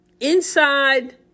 inside